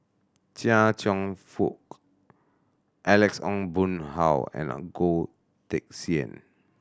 Chia Cheong Fook Alex Ong Boon Hau and Goh Teck Sian